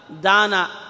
Dana